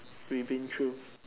we been through